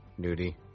Nudie